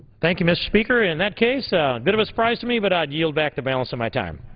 thank you, mr. speaker, in that case a bit of a surprise to me but i'd yield back the balance of my time.